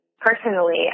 personally